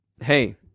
hey